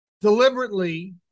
deliberately